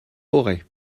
auray